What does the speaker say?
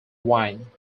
wine